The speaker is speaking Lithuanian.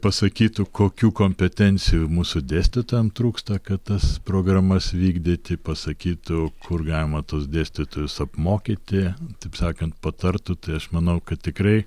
pasakytų kokių kompetencijų mūsų dėstytojam trūksta kad tas programas vykdyti pasakytų kur galima tuos dėstytojus apmokyti taip sakant patartų tai aš manau kad tikrai